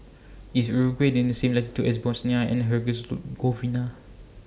IS Uruguay in The same latitude as Bosnia and